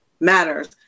matters